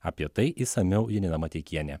apie tai išsamiau janina mateikienė